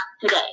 today